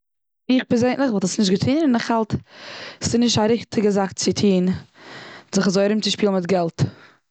איך פערזענדליך וואלט עס נישט געטון. און כ'האלט ס'איז נישט א ריכטיגע זאך צו טון, זיך אזוי ארומצושפילן מיט געלט.